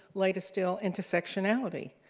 later still, intersectionality.